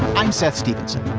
i'm seth stevenson.